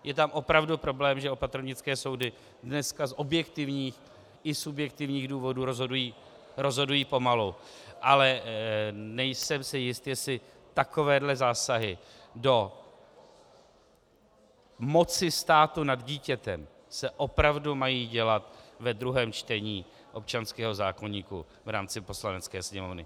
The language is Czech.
Je tam opravdu problém, že opatrovnické soudy dnes z objektivních i subjektivních důvodů rozhodují pomalu, ale nejsem si jist, jestli takovéto zásahy do moci státu nad dítětem se opravdu mají dělat ve druhém čtení občanského zákoníku v rámci Poslanecké sněmovny.